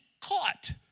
caught